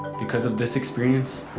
because of this experience.